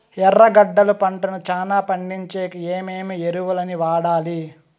ఎర్రగడ్డలు పంటను చానా పండించేకి ఏమేమి ఎరువులని వాడాలి?